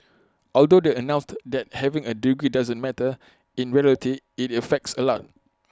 although they announced that having A degree doesn't matter in reality IT affects A lot